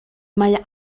mae